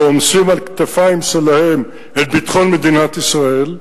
ועומסים על הכתפיים שלהם את ביטחון מדינת ישראל,